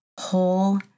whole